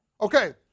Okay